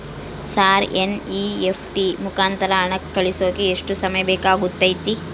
Sir NEFT ಮುಖಾಂತರ ಹಣ ಕಳಿಸೋಕೆ ಎಷ್ಟು ಸಮಯ ಬೇಕಾಗುತೈತಿ?